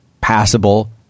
passable